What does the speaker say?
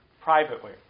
privately